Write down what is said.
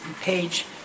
page